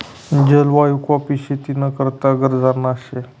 जलवायु काॅफी शेती ना करता गरजना शे